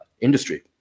industry